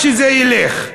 שזה ילך.